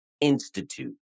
institute